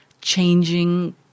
changing